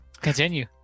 Continue